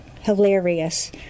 hilarious